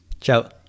Ciao